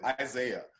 isaiah